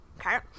Okay